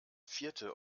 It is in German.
vierte